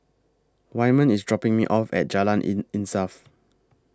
Wyman IS dropping Me off At Jalan in Insaf